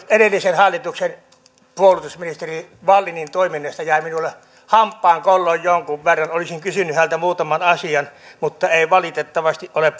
edellisen hallituksen puolustusministeri wallinin toiminnasta jäi minulle hampaankoloon jonkun verran olisin kysynyt häneltä muutaman asian mutta hän ei valitettavasti ole